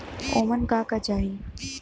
ओमन का का चाही?